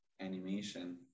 animation